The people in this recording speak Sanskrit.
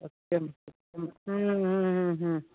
सत्यं सत्यम्